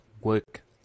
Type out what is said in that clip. work